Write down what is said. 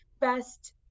best